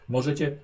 Możecie